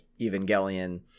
Evangelion